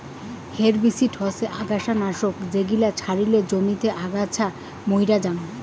herbicide হসে অগাছা নাশক যেগিলা ছড়ালে জমিতে আগাছা মইরে জাং